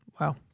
wow